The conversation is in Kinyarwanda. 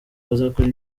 bazakora